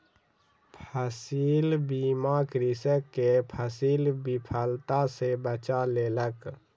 फसील बीमा कृषक के फसील विफलता सॅ बचा लेलक